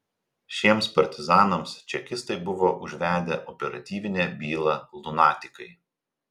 šiems partizanams čekistai buvo užvedę operatyvinę bylą lunatikai